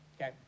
Okay